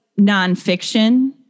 nonfiction